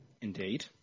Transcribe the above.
Indeed